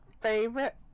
favorite